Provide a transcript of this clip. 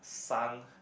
sun